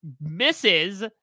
misses